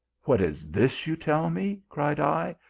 what is this you tell me! cried i.